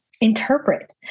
interpret